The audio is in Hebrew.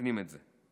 מתקנים את זה.